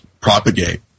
propagate